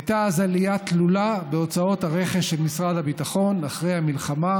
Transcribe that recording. הייתה אז עלייה תלולה בהוצאות הרכש של משרד הביטחון אחרי המלחמה,